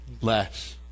less